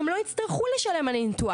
הן לא יצטרכו לשלם את הביטוח.